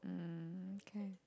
mm okay